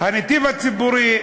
הנתיב הציבורי.